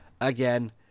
again